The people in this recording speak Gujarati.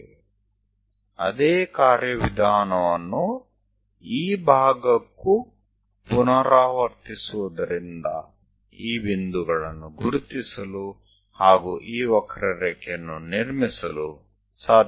કોઈને એ જ પદ્ધતિ આ ભાગ માટે પણ પુનરાવર્તિત કરવી પડશે કે જેથી કોઈ આ બિંદુઓને ઓળખવાની સ્થિતિમાં આવે અને આ વક્ર રચી શકે